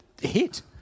hit